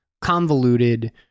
convoluted